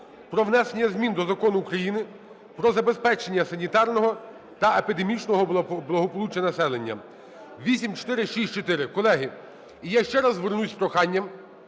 про внесення змін до Закону України "Про забезпечення санітарного та епідемічного благополуччя населення" (8464). Колеги, я ще раз звернусь з прохання,